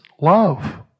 love